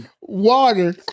water